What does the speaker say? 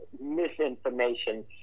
misinformation